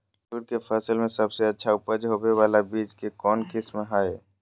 मसूर के फसल में सबसे अच्छा उपज होबे बाला बीज के कौन किस्म हय?